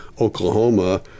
Oklahoma